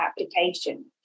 application